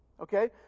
Okay